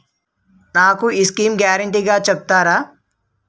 నాకు ఈ schemes guarantee చెప్తారా?